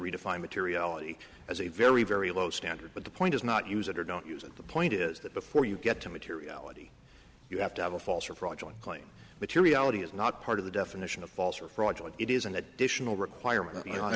redefine materiality as a very very low standard but the point is not use it or don't use it the point is that before you get to materiality you have to have a false or fraudulent claim materiality is not part of the definition of false or fraudulent it is an additional requirement